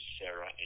Sarah